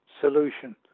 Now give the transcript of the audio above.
solution